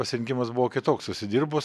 pasirinkimas buvo kitoks užsidirbus